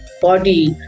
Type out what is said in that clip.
body